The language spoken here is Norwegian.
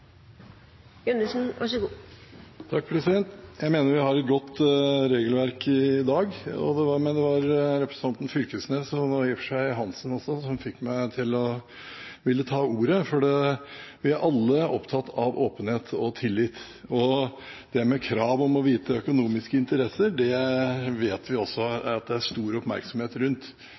i og for seg også representanten Hansen – som fikk meg til å ville ta ordet. Vi er alle opptatt av åpenhet og tillit, og det med krav om å få vite om økonomiske interesser vet vi også at det er stor oppmerksomhet rundt.